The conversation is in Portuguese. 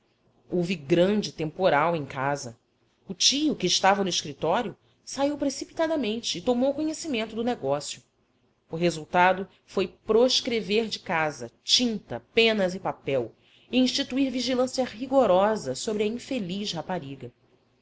houve grande temporal em casa o tio que estava no escritório saiu precipitadamente e tomou conhecimento do negócio o resultado foi proscrever de casa tinta penas e papel e instituir vigilância rigorosa sobre a infeliz rapariga